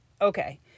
Okay